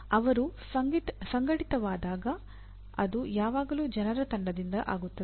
ಅವರು ಸಂಘಟಿತವಾದಾಗ ಅದು ಯಾವಾಗಲೂ ಜನರ ತಂಡದಿಂದ ಆಗುತ್ತದೆ